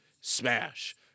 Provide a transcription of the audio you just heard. smash